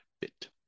bit